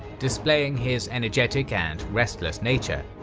displaying his energetic and restless nature,